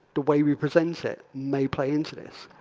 the way we present it may play into this.